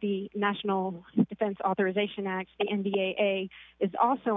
the national defense authorization act and n b a is also